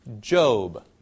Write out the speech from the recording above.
Job